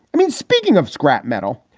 i mean, speaking of scrap metal,